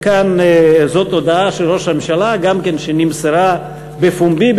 זאת הודעה של ראש הממשלה שנמסרה בפומבי.